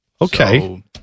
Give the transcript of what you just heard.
okay